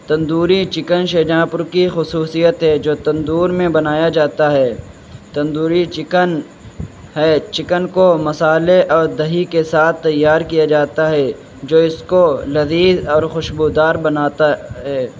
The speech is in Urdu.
تندوری چکن شاہجہاں پور کی خصوصیت ہے جو تندور میں بنایا جاتا ہے تندوری چکن ہے چکن کو مسالے اور دہی کے ساتھ تیار کیا جاتا ہے جو اس کو لذیذ اور خوشبودار بناتا ہے